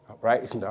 Right